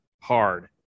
hard